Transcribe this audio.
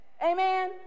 Amen